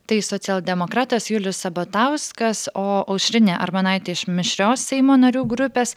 tai socialdemokratas julius sabatauskas o aušrinė armonaitė iš mišrios seimo narių grupės